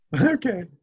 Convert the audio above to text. Okay